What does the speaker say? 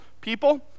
people